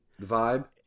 vibe